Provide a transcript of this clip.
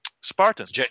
Spartans